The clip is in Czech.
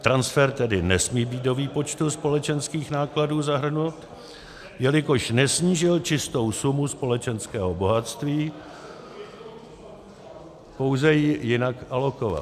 Transfer tedy nesmí být do výpočtu společenských nákladů zahrnut, jelikož nesnížil čistou sumu společenského bohatství, pouze ji jinak alokoval.